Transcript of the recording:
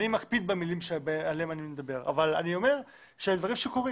אני מקפיד במילים שלי אבל אני אומר שאלה דברים שקורים.